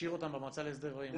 תשאיר אותם במועצה להסדר ההימורים?